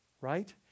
right